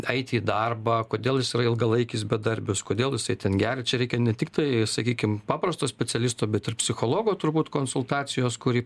eiti į darbą kodėl jis yra ilgalaikis bedarbis kodėl jisai ten geria čia reikia ne tiktai sakykim paprasto specialisto bet ir psichologo turbūt konsultacijos kuri